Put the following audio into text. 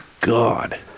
God